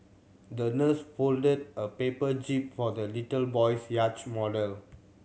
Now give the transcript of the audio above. the nurse folded a paper jib for the little boy's yacht model